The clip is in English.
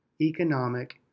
Economic